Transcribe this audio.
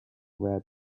rare